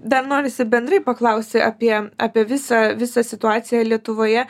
dar norisi bendrai paklausti apie apie visą visą situaciją lietuvoje